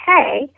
okay